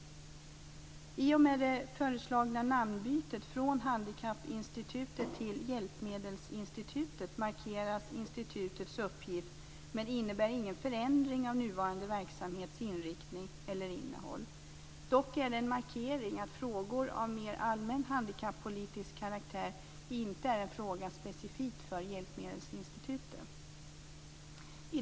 I och med det föreslagna namnbytet från Handikappinstitutet till Hjälpmedelsinstitutet markeras institutets uppgift, men det innebär ingen förändring av den nuvarande verksamhetens inriktning eller innehåll. Det är dock en markering att frågor av mer allmän handikappolitisk karaktär inte är en fråga specifikt för Hjälpmedelsinstitutet. Herr talman!